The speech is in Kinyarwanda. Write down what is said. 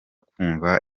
kumva